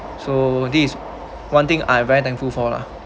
so this one thing I very thankful for lah